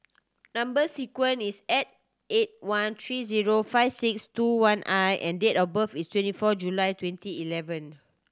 number sequence is eight one three zero five six two one I and date of birth is twenty fourth July twenty eleven